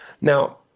Now